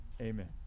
Amen